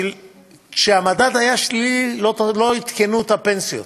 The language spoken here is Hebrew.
וכשהמדד היה שלילי לא עדכנו את הפנסיות.